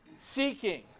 Seeking